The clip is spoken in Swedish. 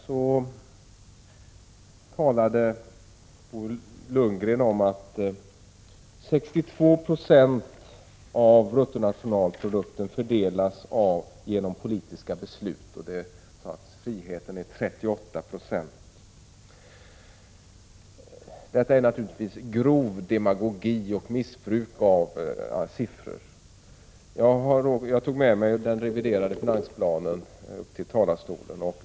Bo Lundgren talade om att 62 90 av bruttonationalprodukten fördelas genom politiska beslut. Friheten är alltså 38 26. Detta är naturligtvis grov demagogi och missbruk av siffror. Jag har tagit med mig den reviderade finansplanen till talarstolen.